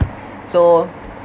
so